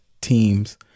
teams